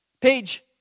page